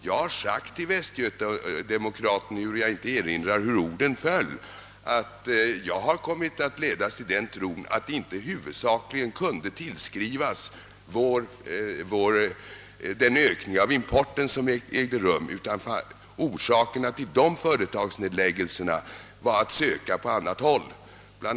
Jag har sagt till Västgöta-Demokraten, ehuru jag inte erinrar mig hur orden föll, att jag har kommit till den tron att företagsnedläggelserna inte huvudsakligen kan tillskrivas den ökning av importen som ägt rum, utan att orsakerna var att söka på annat håll. Bl.